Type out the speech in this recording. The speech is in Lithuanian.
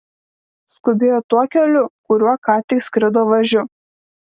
skubėjo tuo keliu kuriuo ką tik skrido važiu